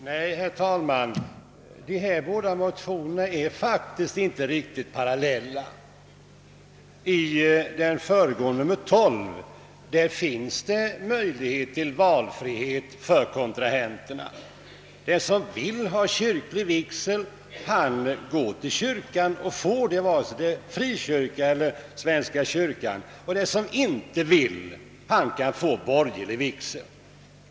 Nej, herr talman, dessa båda motioner är faktiskt inte riktigt parallella. Den lagstiftning som behandlades i första lagutskottets utlåtande nr 12 ger valfrihet. De som vill ha kyrklig vigsel går till kyrkan och får det, vare sig det gäller en frikyrka eller svenska kyrkan. De som inte vill ha kyrklig vigsel, kan få borgerlig vigsel.